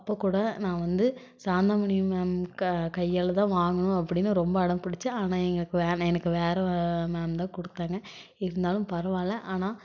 அப்போ கூட நான் வந்து சாந்தாமணி மேம் க கையால்தான் வாங்கணும் அப்படின்னு ரொம்ப அடம் பிடிச்சேன் ஆனால் எனக்கு எனக்கு வேறு மேம் தான் கொடுத்தாங்க இருந்தாலும் பரவாயில்ல ஆனால்